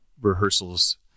rehearsals